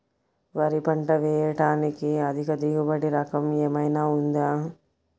వరి పంట వేయటానికి అధిక దిగుబడి రకం ఏమయినా ఉందా?